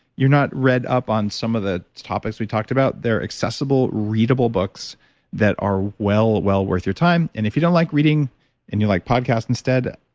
you're not read up on some of the topics we'd talked about. they're accessible readable books that are well, well worth your time and if you don't like reading and you like podcast instead,